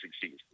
succeed